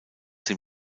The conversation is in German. dem